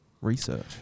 Research